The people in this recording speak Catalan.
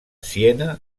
siena